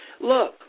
Look